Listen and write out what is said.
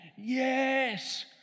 yes